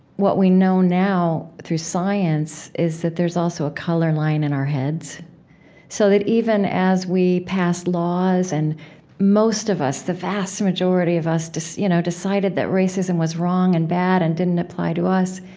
what we know now through science is that there's also a color line in our heads so that even as we pass laws and most of us, the vast majority of us, so you know decided that racism was wrong and bad and didn't apply to us,